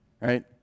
right